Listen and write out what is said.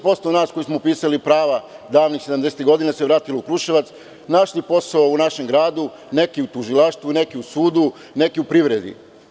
Osamdeset posto nas koji smo upisali prava davnih 70-ih godina se vratilo u Kruševac, našli posao u gradu, neki u tužilaštvu, neki u sudu, neki u privredi.